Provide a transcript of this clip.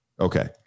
Okay